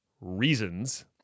reasons